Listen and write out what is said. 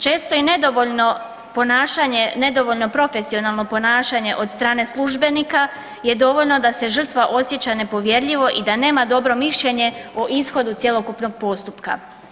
Često i nedovoljno ponašanje, nedovoljno profesionalno ponašanje od strane službenika je dovoljno da se žrtva osjeća nepovjerljivo i da nema dobro mišljenje o ishodu cjelokupnog postupka.